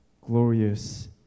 glorious